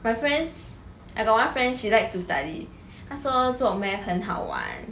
my friends I got one friend she like to study 他说做 math 很好玩